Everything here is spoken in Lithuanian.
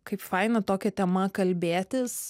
kaip faina tokia tema kalbėtis